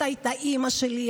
את היית האימא שלי,